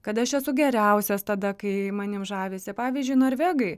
kad aš esu geriausias tada kai manim žavisi pavyzdžiui norvegai